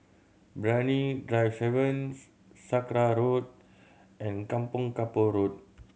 Brani Drive Seven Sakra Road and Kampong Kapor Road